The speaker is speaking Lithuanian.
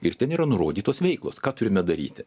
ir ten yra nurodytos veiklos ką turime daryti